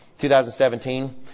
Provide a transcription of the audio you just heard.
2017